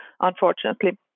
unfortunately